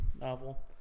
novel